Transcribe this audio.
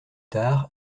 tard